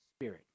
Spirit